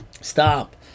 Stop